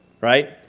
right